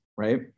right